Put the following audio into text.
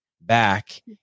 back